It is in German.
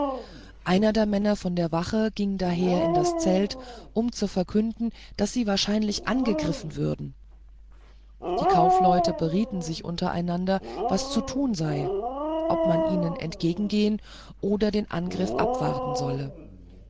einer der männer von der wache ging daher in das zelt um zu verkünden daß sie wahrscheinlich angegriffen würden die kaufleute berieten sich untereinander was zu tun sei ob man ihnen entgegengehen oder den angriff abwarten solle